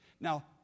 Now